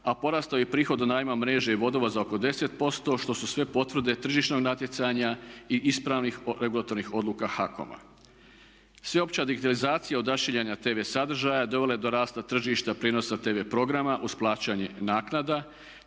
a porastao je i prihod od najma mreže i vodova za oko 10% što su sve potvrde tržišnog natjecanja i ispravnih regulatornih odluka HAKOM-a. Sveopća digitalizacija odašiljanja tv sadržaja dovela je do rasta tržišta prijenosa tv programa uz plaćanje naknada.